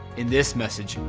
in this message,